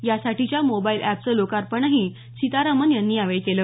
यासाठीच्या मोबाईल एपचं लोकार्पणही सीतारामन यांनी यावेळी केलं